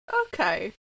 Okay